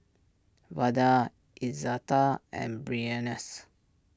Vada Izetta and Brianne's